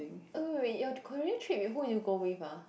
oh wait your Korea trip with who you go with ah